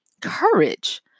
courage